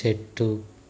చెట్టు